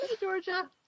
Georgia